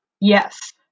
Yes